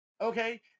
Okay